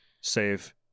save